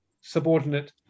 subordinate